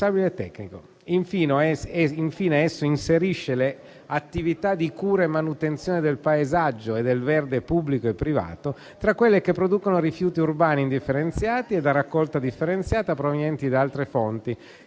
Infine esso inserisce le attività di cura e manutenzione del paesaggio e del verde pubblico e privato tra quelle che producono rifiuti urbani indifferenziati e da raccolta differenziata provenienti da altre fonti,